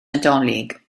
nadolig